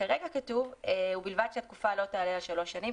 כרגע כתוב "ובלבד שהתקופה לא תעלה על שלוש שנים,